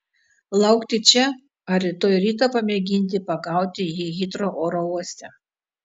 laukti čia ar rytoj rytą pamėginti pagauti jį hitrou oro uoste